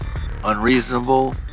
unreasonable